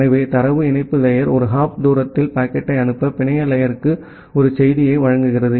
எனவே தரவு இணைப்பு லேயர் ஒரு ஹாப் தூரத்தில் பாக்கெட்டை அனுப்ப பிணைய லேயர் க்கு ஒரு சேவையை வழங்குகிறது